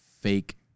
fake